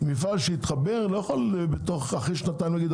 מפעל שהתחבר לא יכול להגיד אחרי שנתיים לומר: